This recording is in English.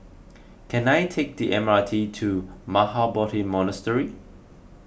can I take the M R T to Mahabodhi Monastery